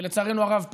ולצערנו הרב,